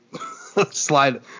slide